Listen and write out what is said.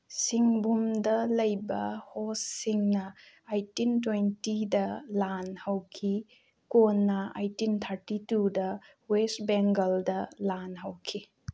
ꯁꯤꯡꯕꯨꯝꯗ ꯂꯩꯕ ꯍꯣꯁꯁꯤꯡꯅ ꯑꯩꯠꯇꯤꯟ ꯇ꯭ꯋꯦꯟꯇꯤꯗ ꯂꯥꯟ ꯍꯧꯈꯤ ꯀꯣꯟꯅ ꯑꯩꯠꯇꯤꯟ ꯊꯥꯔꯇꯤ ꯇꯨꯗ ꯋꯦꯁ ꯕꯦꯡꯒꯜꯗ ꯂꯥꯟ ꯍꯧꯈꯤ